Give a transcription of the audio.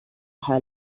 her